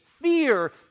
fear